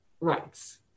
rights